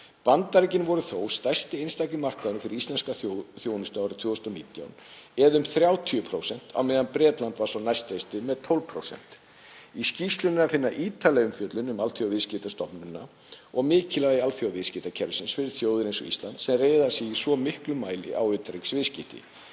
Bandaríkin voru þó stærsti einstaki markaðurinn fyrir íslenska þjónustu árið 2019 eða um 30%, en Bretland var sá næststærsti með 12%. Í skýrslunni er að finna ítarlega umfjöllun um Alþjóðaviðskiptastofnunina, WTO, og mikilvægi alþjóðaviðskiptakerfisins fyrir þjóðir eins og Ísland sem reiða sig í svo miklum mæli á utanríkisviðskipti.